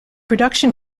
production